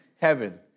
heaven